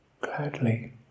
Gladly